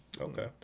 okay